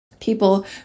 people